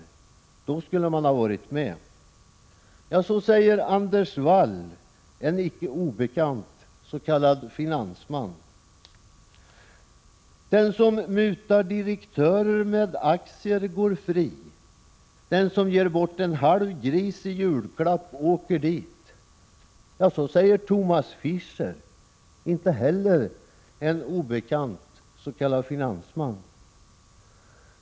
Då skulle man varit med.” Så säger Anders Wall, en icke obekant s.k. finansman. ”Den som mutar direktörer med aktier går fri. Den som ger bort en halv gris i julklapp åker dit.” Så säger Tomas Fisher, en inte heller obekant s.k. finansman.